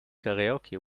karaoke